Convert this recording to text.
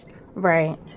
Right